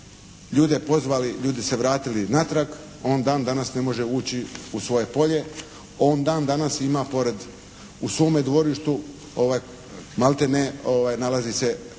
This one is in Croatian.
ljude pozvali, ljudi se vratili natrag, on dan danas ne može ući u svoje polje, on dan danas ima u svome dvorištu maltene nalazi se